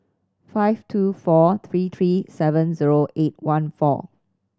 five two four three three seven zero eight one four